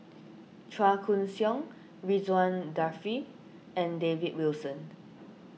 Chua Koon Siong Ridzwan Dzafir and David Wilson